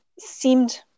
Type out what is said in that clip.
seemed